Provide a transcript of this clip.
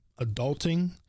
adulting